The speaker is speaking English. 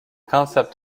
concept